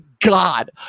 god